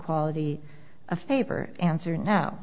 quality a favor answer no